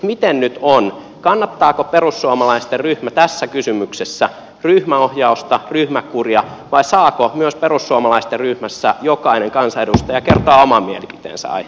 miten nyt on kannattaako perussuomalaisten ryhmä tässä kysymyksessä ryhmäohjausta ryhmäkuria vai saako myös perussuomalaisten ryhmässä jokainen kansanedustaja kertoa oman mielipiteensä aiheesta